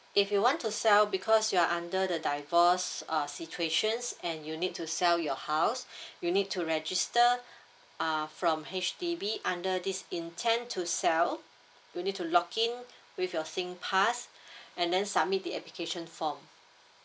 if you want to sell because you're under the divorced uh situation and you'll need to sell your house you need to register uh from H_D_B under this intend to sell you need to login with your singpass and then submit the application form